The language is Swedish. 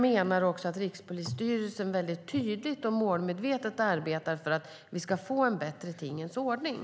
Rikspolisstyrelsen arbetar också mycket tydligt och målmedvetet för att vi ska få en bättre tingens ordning.